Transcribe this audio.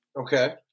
Okay